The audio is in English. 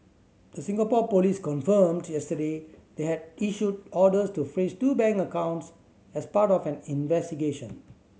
the Singapore police confirmed yesterday they had issued orders to freeze two bank accounts as part of an investigation